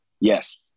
yes